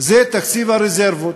זה תקציב הרזרבות.